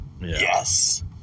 Yes